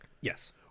Yes